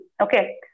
Okay